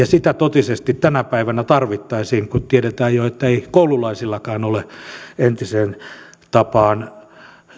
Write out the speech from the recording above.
sitä totisesti tänä päivänä tarvittaisiin kun tiedetään jo ettei koululaisillakaan ole entiseen tapaan